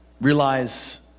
Realize